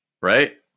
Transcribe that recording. right